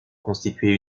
constitué